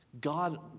God